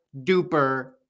duper